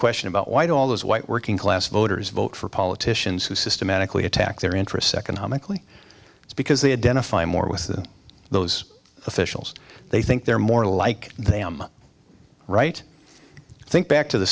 question about why do all those white working class voters vote for politicians who systematically attack their interests economically it's because they identify more with those officials they think they're more like them right i think back to the